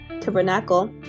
tabernacle